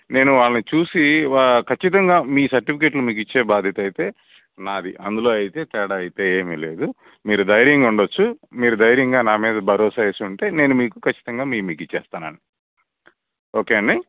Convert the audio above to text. నేను వాళ్ళని చూసి ఖచ్చితంగా మీ సర్టిఫికెట్లు మీకు ఇచ్చే బాధ్యత అయితే నాది అందులో అయితే తేడా అయితే ఏమీ లేదు మీరు ధైర్యంగా ఉండవచ్చు మీరు ధైర్యంగా నా మీద భరోసా వేసి ఉంటే నేను మీకు ఖచ్చితంగా మీవి మీకు ఇచ్చేస్తానండి ఓకే అండి